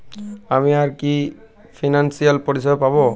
আমি আর কি কি ফিনান্সসিয়াল পরিষেবা পাব?